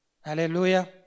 Hallelujah